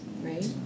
right